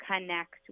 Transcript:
connect